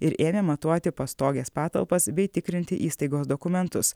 ir ėmė matuoti pastogės patalpas bei tikrinti įstaigos dokumentus